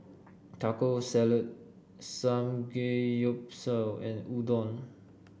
Taco Salad Samgeyopsal and Udon